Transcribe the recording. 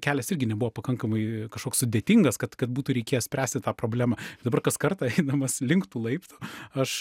kelias irgi nebuvo pakankamai kažkoks sudėtingas kad kad būtų reikėję spręsti tą problemą dabar kas kartą eidamas link tų laiptų aš